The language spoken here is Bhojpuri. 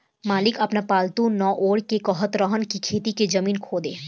मालिक आपन पालतु नेओर के कहत रहन की खेत के जमीन खोदो